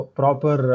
proper